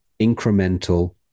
incremental